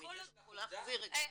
הם יצטרכו להחזיר את זה.